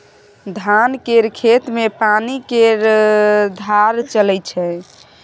धान केर खेत मे पानि केर धार चलइ छै